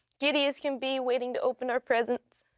giddy as can be, waiting to open our presents.